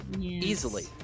Easily